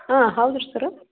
ಹಾಂ ಹೌದು ಶಿಖರ